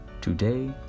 Today